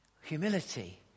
Humility